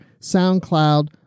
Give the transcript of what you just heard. soundcloud